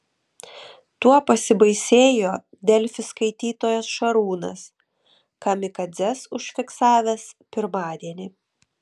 tuo pasibaisėjo delfi skaitytojas šarūnas kamikadzes užfiksavęs pirmadienį